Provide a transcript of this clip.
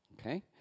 Okay